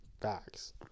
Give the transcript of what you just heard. Facts